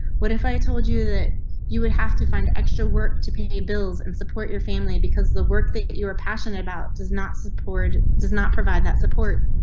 what if i told you that you would have to find extra work to pay bills and support your family, because the work that you are passionate about does not support does not provide that support.